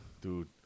dude